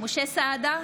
משה סעדה,